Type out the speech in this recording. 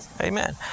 Amen